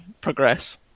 progress